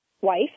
wife